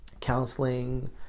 counseling